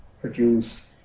produce